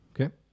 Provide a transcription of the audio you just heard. Okay